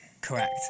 Correct